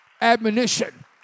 admonition